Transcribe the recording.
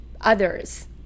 others